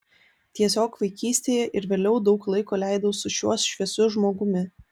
tiesiog vaikystėje ir vėliau daug laiko leidau su šiuo šviesiu žmogumi